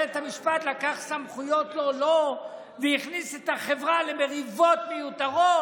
המשפט לקח סמכויות לא לו והכניס את החברה למריבות מיותרות.